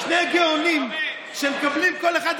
מנציגה שלכם, יושבת-ראש הקואליציה, זה מכל ועדות